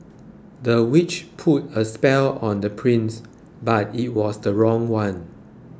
the witch put a spell on the prince but it was the wrong one